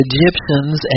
Egyptians